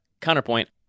Counterpoint